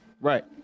Right